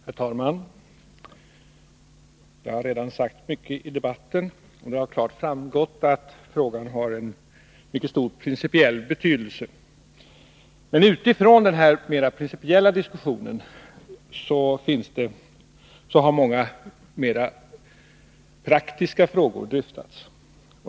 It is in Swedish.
Herr talman! Det har redan sagts mycket i debatten, och det har klart framgått att ärendet har mycket stor principiell betydelse. Men utifrån den mer principiella diskussionen har många praktiska frågor dryftats.